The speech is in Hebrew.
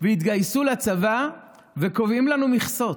ויתגייסו לצבא וקובעים לנו מכסות.